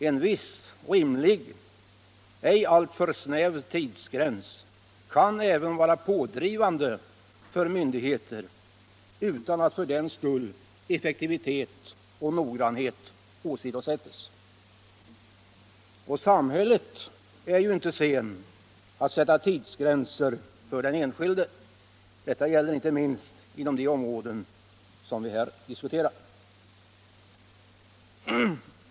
En viss, rimlig, ej - Om åtgärder för att alltför snäv tidsgräns kan även vara pådrivande för myndigheter utan = nedbringa handatt för den skull effektivitet och noggrannhet åsidosätts. Samhället är — läggningstiden vid ju inte sent att sätta tidsgränser för den enskilde. Detta gäller inte minst — länsskatterätt inom de områden som vi här diskuterar.